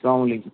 سلام علیکم